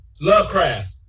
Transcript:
Lovecraft